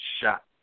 shot